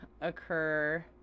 occur